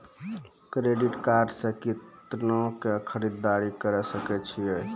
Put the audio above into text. Credit card से कितना के खरीददारी करे सकय छियै?